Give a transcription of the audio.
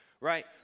right